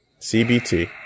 CBT